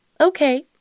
Okay